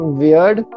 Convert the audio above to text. weird